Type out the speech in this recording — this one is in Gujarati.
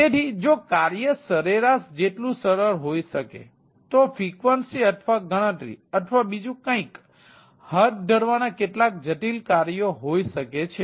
તેથી જો કાર્ય સરેરાશ જેટલું સરળ હોઈ શકે તો ફિક્વનસી અથવા ગણતરી અથવા બીજું કંઈક હાથ ધરવાના કેટલાક જટિલ કાર્યો હોઈ શકે છે